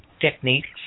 techniques